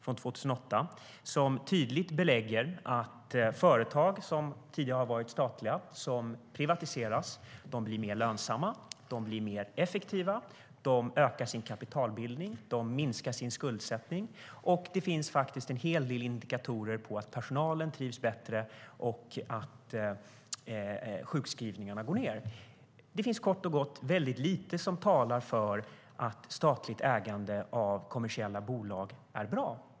Den belägger tydligt att företag som tidigare varit statliga och som privatiseras blir mer lönsamma och effektiva, ökar sin kapitalbildning och minskar sin skuldsättning. Det finns även en hel del indikatorer på att personalen trivs bättre och att sjukskrivningarna går ned. Det finns kort och gott väldigt lite som talar för att statligt ägande av kommersiella bolag är bra.